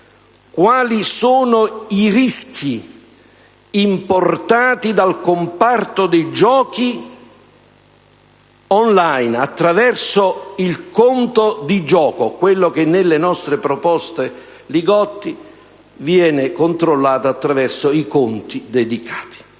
quali sono i rischi importati dal comparto dei giochi*on line* attraverso il conto di gioco, quello che nelle nostre proposte, relatore il senatore Li Gotti, viene controllato attraverso i conti dedicati?